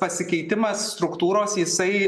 pasikeitimas struktūros jisai